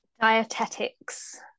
Dietetics